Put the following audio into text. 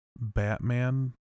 Batman